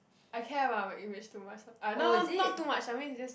I care about my image too much ah no no not too much I mean just